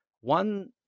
One